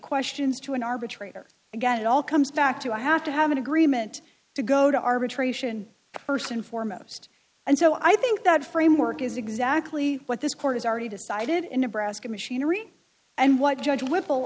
questions to an arbitrator and get it all comes back to i have to have an agreement to go to arbitration first and foremost and so i think that framework is exactly what this court has already decided in nebraska machinery and what judge whipple